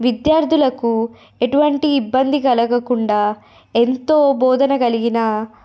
విద్యార్థులకు ఎటువంటి ఇబ్బంది కలుగకుండా ఎంతో బోధన కలిగిన